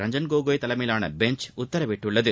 ரஞ்சன் கோகாய் தலைமையிலான பெஞ்ச் உத்தரவிட்டுள்ளது